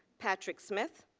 patrick smith,